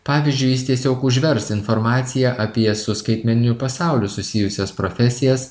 pavyzdžiui jis tiesiog užvers informacija apie su skaitmeniniu pasauliu susijusias profesijas